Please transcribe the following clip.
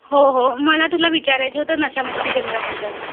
हो हो मला तुला विचारायचं होतं नशा मुक्ती केंद्राबद्दल